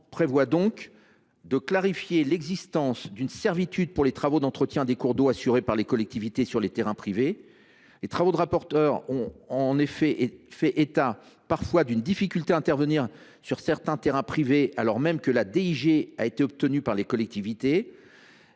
vise donc à clarifier l’existence d’une servitude pour les travaux d’entretien des cours d’eau assurés par les collectivités territoriales sur les terrains privés. En effet, les rapporteurs ont fait état d’une difficulté à intervenir sur certains terrains privés, alors même que la DIG a été obtenue par les collectivités